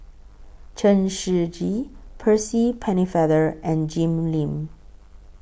Chen Shiji Percy Pennefather and Jim Lim